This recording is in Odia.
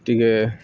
ଟିକେ